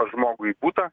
pas žmogų į butą